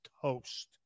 toast